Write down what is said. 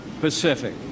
Pacific